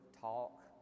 talk